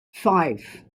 five